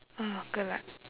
oh good luck